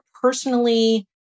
personally